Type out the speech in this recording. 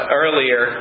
earlier